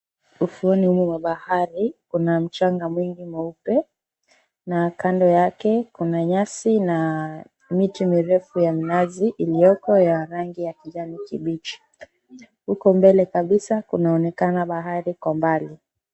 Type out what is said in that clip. Ufuoni mwa bahari kuna mchanga mwingine mweupe na kando yake kuna nyasi na mti mirefu ya minazi iliyoko ya rangi ya kijani kibichi huko mbele kabisa kunaonekana bahari kwa mbali.